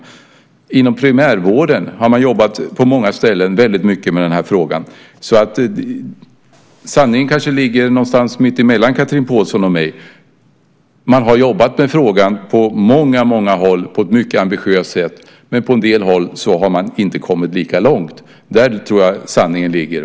Inom primärvården har man på många ställen jobbat väldigt mycket med den här frågan. Sanningen kanske ligger någonstans mitt emellan Chatrine Pålsson och mig: På väldigt många håll har man jobbat med frågan på ett mycket ambitiöst sätt, men på en del håll har man inte kommit lika långt. Där tror jag sanningen ligger.